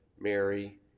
Mary